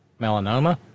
Melanoma